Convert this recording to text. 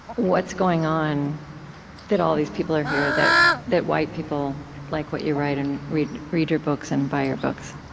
what's going on that all these people are here that that white people like what you write and read read your books and buy your books?